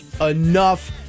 enough